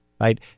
Right